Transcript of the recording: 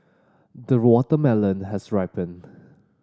the watermelon has ripened